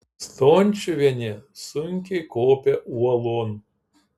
stončiuvienė sunkiai kopė uolon